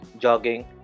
jogging